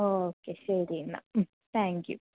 okay ശരി എന്നാൽ thank you